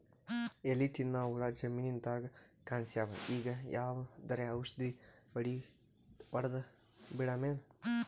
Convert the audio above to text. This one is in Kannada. ಎಲಿ ತಿನ್ನ ಹುಳ ಜಮೀನದಾಗ ಕಾಣಸ್ಯಾವ, ಈಗ ಯಾವದರೆ ಔಷಧಿ ಹೋಡದಬಿಡಮೇನ?